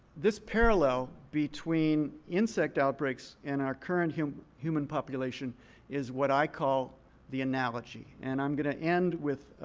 this parallel between insect outbreaks and our current human human population is what i call the analogy. and i'm going to end with